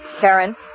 Karen